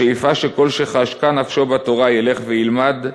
השאיפה שכל שחשקה נפשו בתורה ילך וילמד,